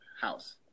house